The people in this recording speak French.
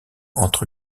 entre